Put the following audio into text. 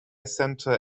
center